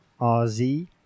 rz